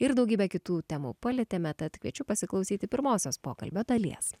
ir daugybė kitų temų palietėme tad kviečiu pasiklausyti pirmosios pokalbio dalies